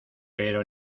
pero